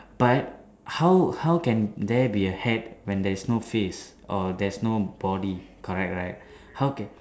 but how how can there be a hat when there is no face or there's no body correct right how can